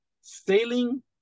sailing